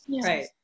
Right